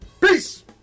Peace